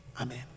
amen